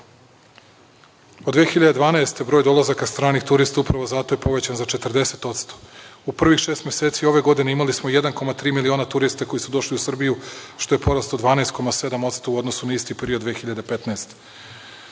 god. broj dolazaka stranih turista upravo zato je povećan za 40%. U prvih šest meseci ove godine imali smo 1,3 miliona turista koji su došli u Srbiju, što je porast od 12,7% u odnosu na isti period 2015.